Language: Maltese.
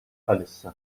bħalissa